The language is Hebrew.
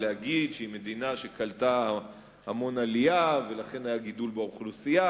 להגיד שהיא מדינה שקלטה המון עלייה ולכן היה גידול באוכלוסייה,